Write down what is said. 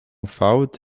fałd